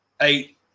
eight